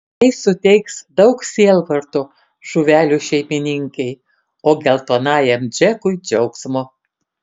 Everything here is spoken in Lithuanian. tai suteiks daug sielvarto žuvelių šeimininkei o geltonajam džekui džiaugsmo